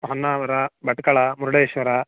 Honnavar Bhatkal Murudeshwar